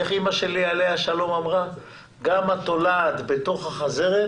אימא שלי עליה השלום אמרה שגם התולעת בתוך החזרת,